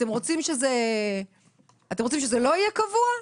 אתם רוצים שזה לא יהיה קבוע?